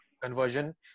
conversion